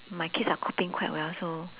my kids are coping quite well so